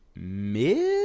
mid